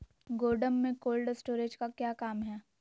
गोडम में cold storage का क्या काम है?